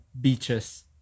beaches